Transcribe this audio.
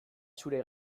zure